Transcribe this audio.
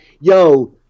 yo